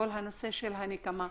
הנושא של הנקמה.